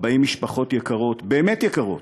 40 משפחות יקרות, באמת יקרות,